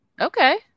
Okay